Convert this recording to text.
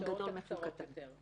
ההרשעות הקצרות יותר.